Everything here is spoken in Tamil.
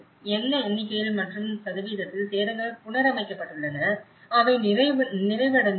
என்ன எண்ணிக்கையில் மற்றும் சதவீதத்தில் சேதங்கள் புனரமைக்கப்பட்டுள்ளன அவை நிறைவடைந்துள்ளன